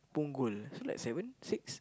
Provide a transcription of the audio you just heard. Punggol so seven six